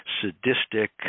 sadistic